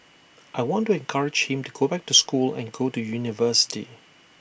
I want to encourage him to go back to school and go to university